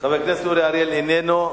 חבר הכנסת אורי אריאל איננו.